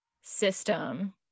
system